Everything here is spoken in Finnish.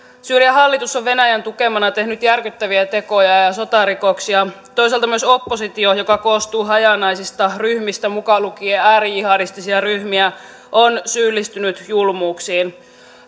syyrian hallitus on venäjän tukemana tehnyt järkyttäviä tekoja ja ja sotarikoksia toisaalta myös oppositio joka koostuu hajanaisista ryhmistä mukaan lukien äärijihadistisia ryhmiä on syyllistynyt julmuuksiin